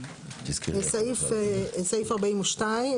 זה סעיף 42,